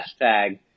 hashtag